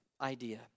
idea